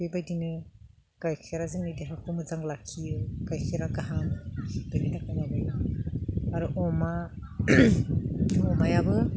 बेबायदिनो गाइखेरा जोंनि देहाखौ मोजां लाखियो गाइखेरा गाहाम बेनि थाखायनो आरो अमा अमायाबो